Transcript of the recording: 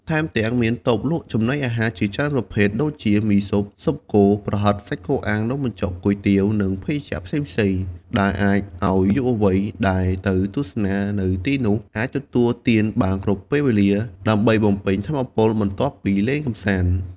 ថែមទាំង មានតូបលក់ចំណីអាហារជាច្រើនប្រភេទដូចជា ម៊ីស៊ុប ស៊ុបគោ ប្រហិត សាច់គោអាំង នំបញ្ចុក គុយទាវ និងភេសជ្ជៈផ្សេងៗ ដែលអាចឱ្យយុវវ័យដែលទៅទស្សនានៅទីនោះអាចទទួលទានបានគ្រប់ពេលវេលា ដើម្បីបំពេញថាមពលបន្ទាប់ពីលេងកម្សាន្ត។